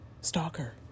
Stalker